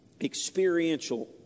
Experiential